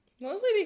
Mostly